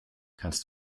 kannst